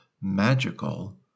magical